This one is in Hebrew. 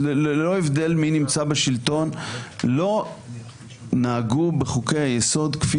ללא הבדל מי נמצא בשלטון - לא נהגו בחוקי היסוד כפי